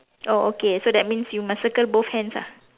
oh okay so that means you must circle both hands ah